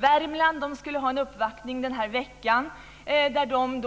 Värmland skulle ha en uppvaktning den här veckan där de